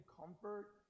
comfort